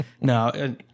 No